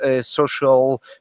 social